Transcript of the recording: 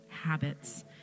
habits